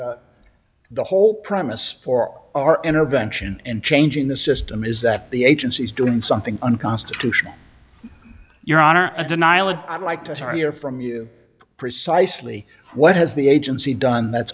the whole premise for our intervention in changing the system is that the agency is doing something unconstitutional your honor a denial of i'd like to hear from you precisely what has the agency done that's